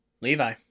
levi